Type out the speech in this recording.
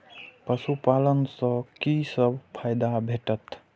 पशु पालन सँ कि सब फायदा भेटत?